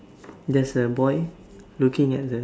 there's a boy looking at the